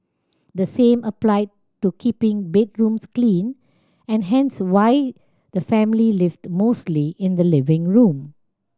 the same applied to keeping bedrooms clean and hence why the family lived mostly in the living room